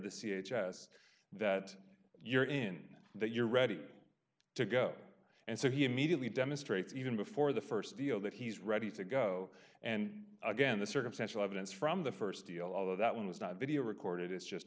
the c h s that you're in that you're ready to go and so he immediately demonstrates even before the st deal that he's ready to go and again the circumstantial evidence from the st deal although that was not video recorded is just